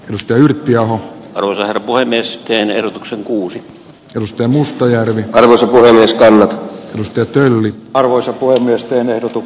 musta yrttiaho runar puhemiesten erotuksen kuusi rustem mustajärvi tellu sanoi myös tämän tästä työ oli valoisa kuin miesten ero